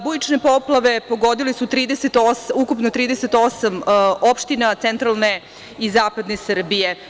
Bujične poplave pogodile su 38 opština centralne i zapadne Srbije.